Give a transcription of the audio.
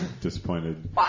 disappointed